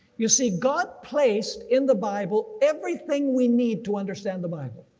you see, god placed in the bible everything we need to understand the bible.